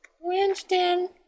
Winston